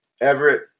Everett